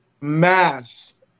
Mass